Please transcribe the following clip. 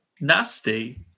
nasty